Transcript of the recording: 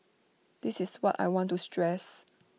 this is what I want to stress